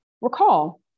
Recall